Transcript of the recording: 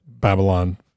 Babylon